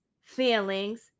feelings